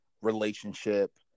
relationship